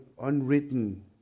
unwritten